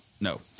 No